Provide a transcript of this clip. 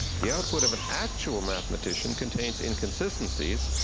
the output of an actual mathematician contains inconsistencies,